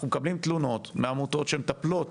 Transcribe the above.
אנחנו מקבלים תלונות מעמותות שמטפלות